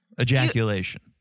ejaculation